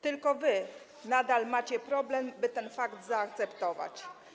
Tylko wy nadal macie problem z tym, by ten fakt zaakceptować.